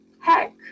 heck